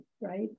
right